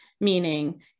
meaning